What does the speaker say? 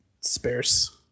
sparse